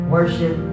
Worship